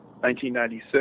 1996